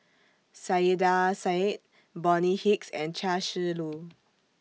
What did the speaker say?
Saiedah Said Bonny Hicks and Chia Shi Lu